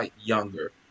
younger